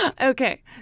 Okay